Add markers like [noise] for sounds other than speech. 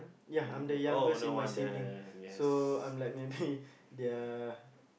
ya I'm the youngest in my sibling so I'm like maybe [laughs] their